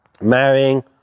marrying